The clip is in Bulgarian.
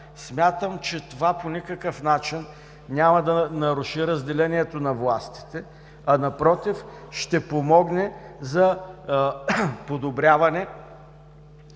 Смятам, че това по никакъв начин няма да наруши разделението на властите, а напротив, ще помогне за подобряване